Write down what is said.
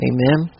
Amen